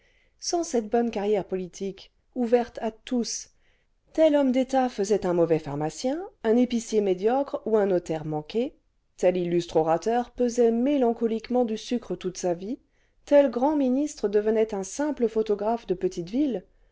sans cette bonne carrière politique ouverte à tous tel homme d'état'faisait un mauvais pharmacien un épicier médiocre ou un notaire manqué tel illustre orateur pesait mélancoliquement du sucre toute sa vie tel grand ministre devenait un simple photographe de petite ville